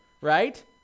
right